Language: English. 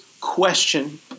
question